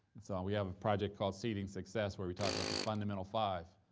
and so we have a project called seeding success where we talk about the fundamental five,